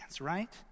right